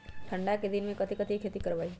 ठंडा के दिन में कथी कथी की खेती करवाई?